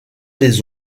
les